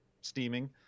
steaming